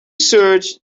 search